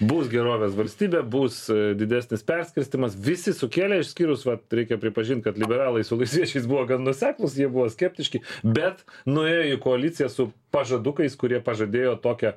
bus gerovės valstybė bus didesnis perskirstymas visi sukėlė išskyrus vat reikia pripažint kad liberalai su valstiečiais buvo gan nuoseklūs jie buvo skeptiški bet nuėjo į koaliciją su pažadukais kurie pažadėjo tokią